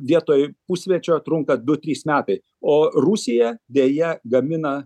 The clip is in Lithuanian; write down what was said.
vietoj pusmečio trunka du trys metai o rusija deja gamina